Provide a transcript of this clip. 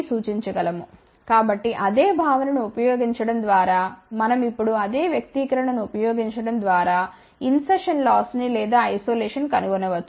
సూచించగలము కాబట్టి అదే భావనను ఉపయోగించడం ద్వారా మనం ఇప్పుడు అదే వ్యక్తీకరణ ను ఉపయోగించడం ద్వారా ఇన్ సర్షన్ లాస్ ని లేదా ఐసోలేషన్ కనుగొనవచ్చు